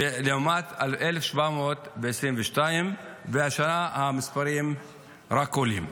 לעומת 1,700 ב-2022, והשנה המספרים רק עולים,